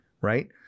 right